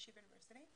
בישיבה יוניברסיטי,